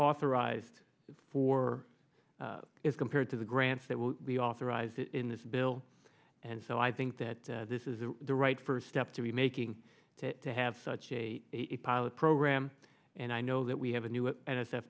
authorized for as compared to the grants that will be authorized in this bill and so i think that this is the right first step to be making it to have such a pilot program and i know that we have a new